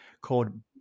called